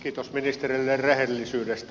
kiitos ministerille rehellisyydestä